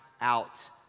out